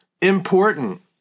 important